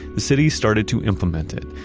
the city started to implement it,